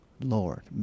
Lord